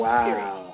Wow